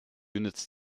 units